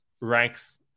ranks